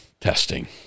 testing